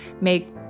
make